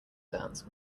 dance